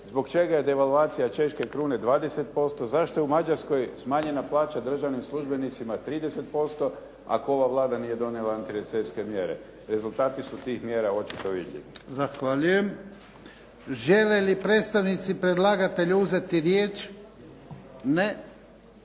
Zbog čega je devalvacija češke krune 20%, zašto je u Mađarskoj smanjena plaća državnim službenicima 30%, ako ova Vlada nije donijela antirecesijske mjere? Rezultati su tih mjera očito vidljivi? **Jarnjak, Ivan (HDZ)** Zahvaljujem. Žele li predstavnici predlagatelja uzeti riječ? Ne.